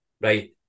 right